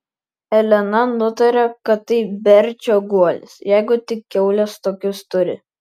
elena nutarė kad tai berčio guolis jeigu tik kiaulės tokius turi